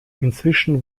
inzwischen